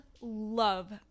love